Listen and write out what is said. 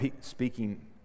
speaking